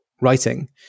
writing